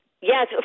Yes